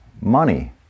money